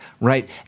Right